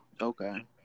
Okay